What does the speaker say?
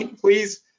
please